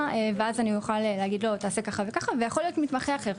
ואז אוכל לתת לו דברים מסוימים לעשות,